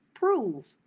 prove